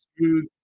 smooth